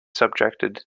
subjected